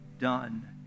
done